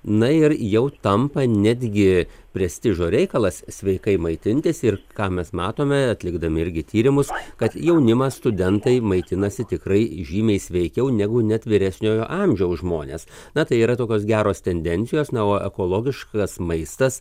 na ir jau tampa netgi prestižo reikalas sveikai maitintis ir ką mes matome atlikdami irgi tyrimus kad jaunimas studentai maitinasi tikrai žymiai sveikiau negu net vyresniojo amžiaus žmonės na tai yra tokios geros tendencijos na o ekologiškas maistas